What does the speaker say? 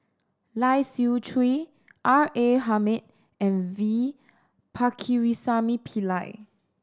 Lai Siu Chiu R A Hamid and V Pakirisamy Pillai